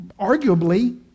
arguably